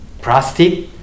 plastic